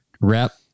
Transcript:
rep